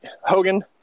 Hogan